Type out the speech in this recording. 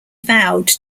vowed